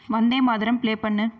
வந்தே Mataram play பண்ணு